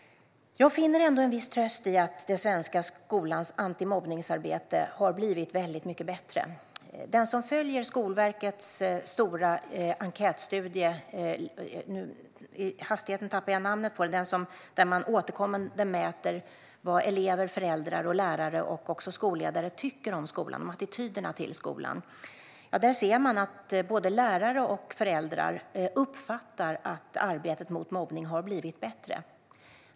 Jag finner ändå en viss tröst i att den svenska skolans antimobbningsarbete har blivit väldigt mycket bättre. Den som följer Skolverkets stora enkätstudie - i hastigheten tappar jag namnet på den - där man återkommande mäter vad elever, föräldrar, lärare och också skolledare tycker om skolan, attityderna till skolan, ser att både lärare och föräldrar uppfattar att arbetet mot mobbning har blivit bättre.